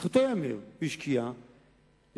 לזכותו ייאמר, השקיע במיגון,